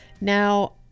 Now